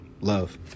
Love